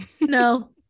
No